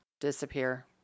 disappear